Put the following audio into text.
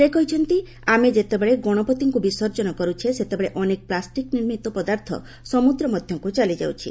ସେ କହିଛନ୍ତି ଆମେ ଯେତେବେଳେ ଗଣପତିଙ୍କୁ ବିସର୍ଜନ କରୁଛେ ସେତେବେଳେ ଅନେକ ପ୍ଲାଷ୍ଟିକ୍ ନିର୍ମିତ ପଦାର୍ଥ ସମୁଦ୍ର ମଧ୍ୟକୁ ଚାଲିଯାଉଛି